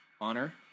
honor